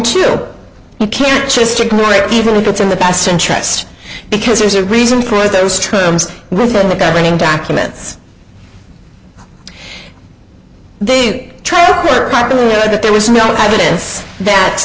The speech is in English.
to you can't just ignore it even if it's in the best interest because there's a reason for those terms refer to the governing documents they were i believe that there was no evidence that